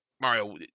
mario